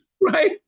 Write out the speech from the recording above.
Right